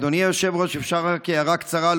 אדוני היושב-ראש, אפשר רק הערה קצרה?